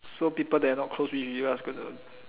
so people that are not close with you just gonna